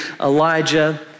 Elijah